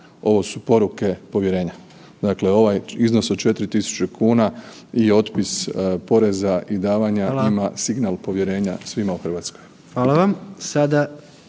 ovo su poruke povjerenja. Dakle, ovaj iznos od 4.000 kuna je otpis poreza i davanja njima signal povjerenja svima u Hrvatskoj.